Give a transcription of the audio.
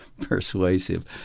persuasive